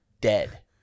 dead